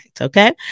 Okay